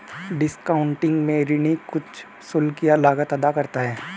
discounting में ऋणी कुछ शुल्क या लागत अदा करता है